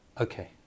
Okay